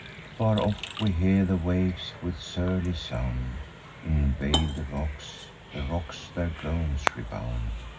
far off we hear the waves with surly sound invade the rocks, the rocks their groans rebound.